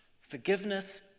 Forgiveness